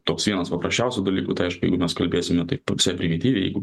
toks vienas paprasčiausių dalykų tai aišku jeigu mes kalbėsime taip pusiau primityviai